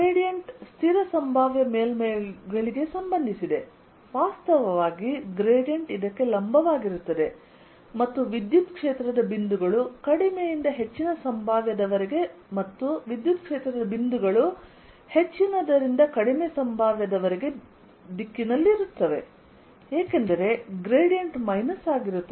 gradient ಸ್ಥಿರ ಸಂಭಾವ್ಯ ಮೇಲ್ಮೈಗಳಿಗೆ ಸಂಬಂಧಿಸಿದೆ ವಾಸ್ತವವಾಗಿ ಗ್ರೇಡಿಯಂಟ್ ಇದಕ್ಕೆ ಲಂಬವಾಗಿರುತ್ತದೆ ಮತ್ತು ವಿದ್ಯುತ್ ಕ್ಷೇತ್ರದ ಬಿಂದುಗಳು ಕಡಿಮೆಯಿಂದ ಹೆಚ್ಚಿನ ಸಂಭಾವ್ಯದವರೆಗೆ ಮತ್ತು ವಿದ್ಯುತ್ ಕ್ಷೇತ್ರದ ಬಿಂದುಗಳು ಹೆಚ್ಚಿನದರಿಂದ ಕಡಿಮೆ ಸಂಭಾವ್ಯದವರೆಗಿನ ದಿಕ್ಕಿನಲ್ಲಿರುತ್ತವೆ ಏಕೆಂದರೆ ಗ್ರೇಡಿಯಂಟ್ ಮೈನಸ್ ಆಗಿರುತ್ತದೆ